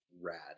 rad